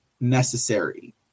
necessary